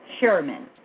Sherman